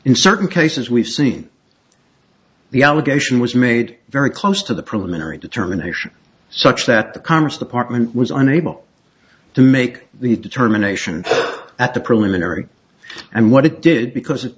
in certain cases we've seen the allegation was made very close to the preliminary determination such that the commerce department was unable to make the determination at the preliminary and what it did because it